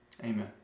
Amen